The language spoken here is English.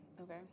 Okay